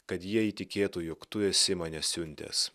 kad jie įtikėtų jog tu esi mane siuntęs